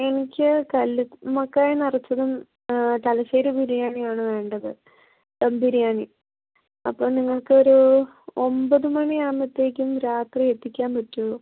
എനിക്ക് കല്ല് ഉമ്മക്കായ നിറച്ചതും ആ തലശ്ശേരി ബിരിയാണിയും ആണ് വേണ്ടത് ദം ബിരിയാണി അപ്പം നിങ്ങക്കൊരു ഒമ്പത് മണി ആമ്പത്തേക്കും രാത്രി എത്തിക്കാൻ പറ്റുവോ